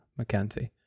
McKenzie